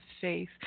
faith